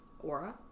aura